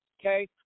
okay